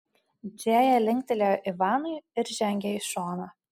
džėja linktelėjo ivanui ir žengė į šoną